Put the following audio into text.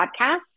podcasts